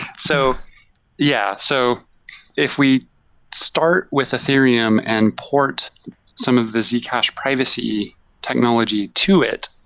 so yeah. so if we start with ethereum and port some of the zcash privacy technology to it,